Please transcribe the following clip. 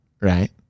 Right